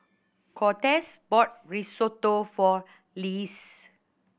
Cortez bought Risotto for Lisle